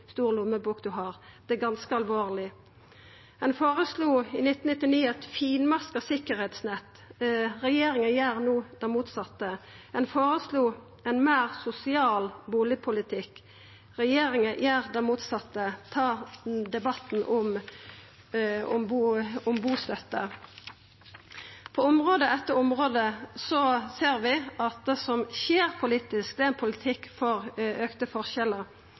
stor lommebok ein har. Det er ganske alvorleg. Ein føreslo i 1999 eit finmaska sikkerheitsnett. Regjeringa gjer no det motsette. Ein føreslo ein meir sosial bustadpolitikk. Regjeringa gjer det motsette – ta debatten om bustønad. På område etter område ser vi at det som skjer politisk, er ein politikk for auka forskjellar,